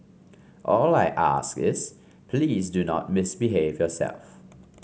all I ask is please do not misbehave yourself